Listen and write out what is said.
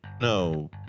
No